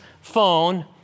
phone